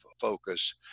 focus